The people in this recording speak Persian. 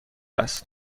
است